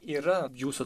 yra jūsų